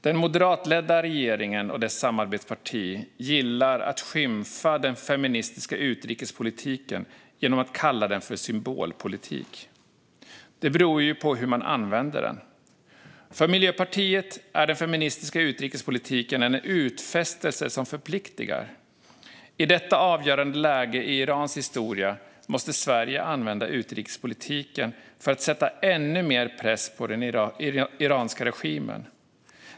Den moderatledda regeringen och dess samarbetsparti gillar att skymfa den feministiska utrikespolitiken genom att kalla den för symbolpolitik. Det beror ju på hur man använder den. För Miljöpartiet är den feministiska utrikespolitiken en utfästelse som förpliktar. I detta avgörande läge i Irans historia måste Sverige använda utrikespolitiken för att sätta ännu mer press på den iranska regimen.